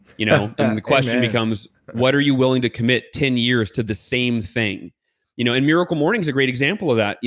you know and the question becomes, what are you willing to commit ten years to the same thing you know and miracle morning is a great example of that,